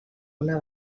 una